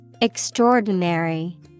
Extraordinary